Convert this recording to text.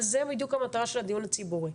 וזה בדיוק המטרה של הדיון הציבורי.